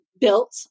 built